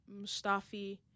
Mustafi